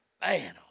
man